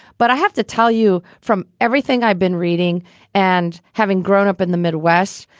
but i have to tell you, from everything i've been reading and having grown up in the midwest,